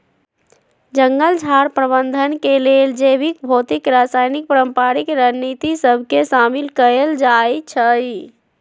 जंगल झार प्रबंधन के लेल जैविक, भौतिक, रासायनिक, पारंपरिक रणनीति सभ के शामिल कएल जाइ छइ